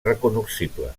recognoscible